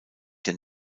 den